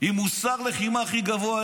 עם מוסר לחימה הכי גבוה.